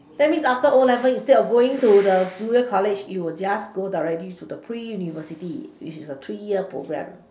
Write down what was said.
that means after o-levels instead of going to the junior college you will just go directly in the pre university which is a three year programme